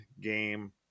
game